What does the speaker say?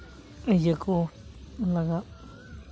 ᱤᱭᱟᱹ ᱠᱚ ᱞᱟᱜᱟᱜ